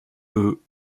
eux